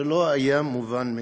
זה לא היה מובן מאליו.